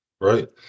right